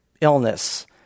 illness